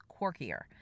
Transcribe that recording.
quirkier